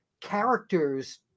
characters